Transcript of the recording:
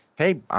hey